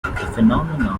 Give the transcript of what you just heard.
phenomenon